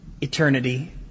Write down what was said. eternity